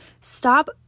stop